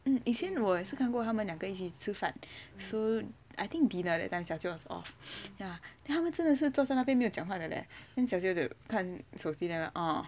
以前我也是看过他们两个一起吃饭 I think dinner that time 小舅 was off ya then 他们真的是坐在那边没有讲话的 leh then 小舅就看手机 then like orh